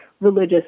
religious